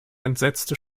entsetzte